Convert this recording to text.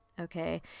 Okay